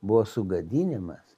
buvo sugadinimas